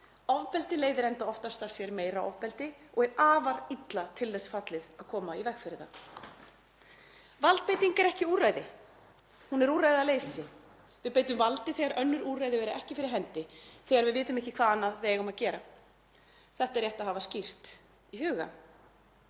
Ofbeldi leiðir enda oftast af sér meira ofbeldi og er afar illa til þess fallið að koma í veg fyrir það. Valdbeiting er ekki úrræði, hún er úrræðaleysi. Við beitum valdi þegar önnur úrræði eru ekki fyrir hendi, þegar við vitum ekki hvað annað við eigum að gera. Rétt er að hafa það skýrt í huga.